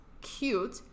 cute